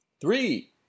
Three